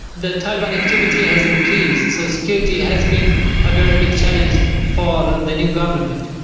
the taliban activity has increased. so security has been a very big challenge for the new government.